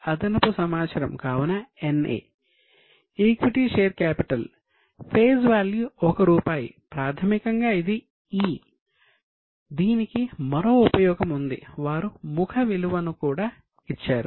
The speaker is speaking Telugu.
అదర్ ఎర్నింగ్స్ ను కూడా ఇచ్చారు